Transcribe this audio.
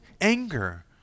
anger